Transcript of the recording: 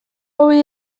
hauei